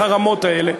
החרמות האלה?